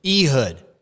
Ehud